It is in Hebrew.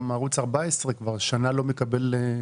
גם ערוץ 14 כבר שנה לא מקבל.